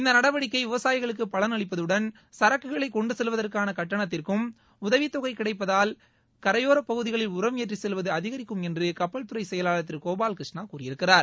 இந்த நடவடிக்கை விவசாயிகளுக்கு பலன் அளிப்பதுடன் சரக்குகளை கொண்டு செல்வதற்கான கட்டணத்திற்கும் உதவித் தொகை கிடைப்பதால் கரையோரப் பகுதியில் உரம் ஏற்றிச் செல்வது அதிகரிக்கும் என்று கப்பல் துறை செயளாலர் திரு கோபால் கிருஷ்ணா கூறியிருக்கிறார்